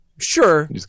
Sure